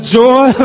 joy